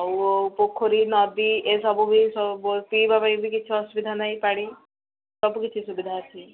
ଆଉ ପୋଖରୀ ନଦୀ ଏସବୁ ବି ସବୁ ପିଇବା ପାଇଁ ବି କିଛି ଅସୁବିଧା ନାହିଁ ପାଣି ସବୁକିଛି ସୁବିଧା ଅଛି